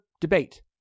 debate